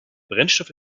brennstoff